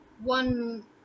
One